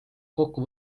kokku